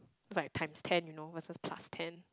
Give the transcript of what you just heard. it's like times ten you know versus plus ten